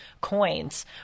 coins